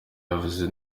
yavuzwe